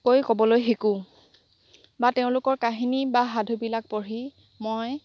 কৈ ক'বলৈ শিকোঁ বা তেওঁলোকৰ কাহিনী বা সাধুবিলাক পঢ়ি মই